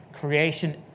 creation